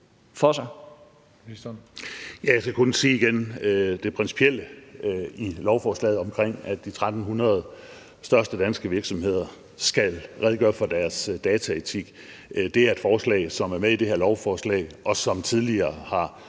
Jeg skal kun sige igen, at det principielle i lovforslaget om, at de 1.300 største danske virksomheder skal redegøre for deres dataetik, er et forslag, som er med i det her lovforslag, og som tidligere har